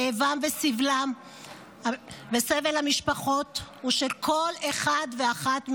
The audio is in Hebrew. כאבם וסבל המשפחות הוא של כל אחד ואחת מאיתנו.